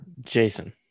jason